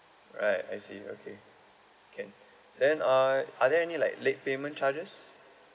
right I see okay can then uh are there any like late payment charges